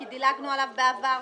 כי דילגנו עליו בעבר.